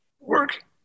work